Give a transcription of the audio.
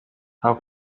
how